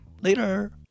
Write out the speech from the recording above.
Later